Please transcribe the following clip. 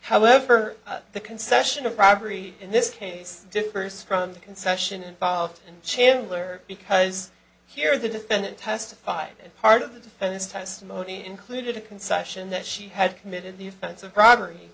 however the concession of bribery in this case differs from the concession involved in chandler because here the defendant testified and part of the defendant's testimony included a concession that she had committed the offense of bribery